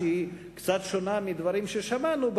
שהיא קצת שונה מדברים ששמענו,